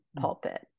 pulpit